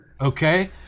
Okay